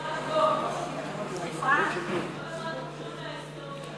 לא למדנו כלום מההיסטוריה.